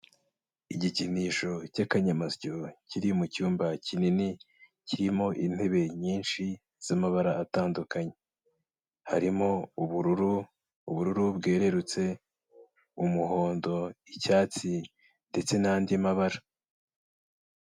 Igikinisho cy'akanyamasyo kiri mu cyumba kinini, kirimo intebe nyinshi z'amabara atandukanye, harimo ubururu, ubururu bwerurutse, umuhondo, icyatsi ndetse n'andi mabara.